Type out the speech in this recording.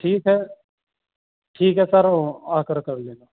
ٹھیک ہے ٹھیک ہے سر آ کر کر لینا